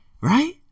right